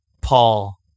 Paul